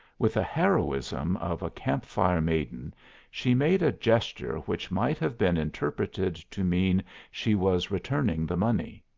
with a heroism of a camp-fire maiden she made a gesture which might have been interpreted to mean she was returning the money.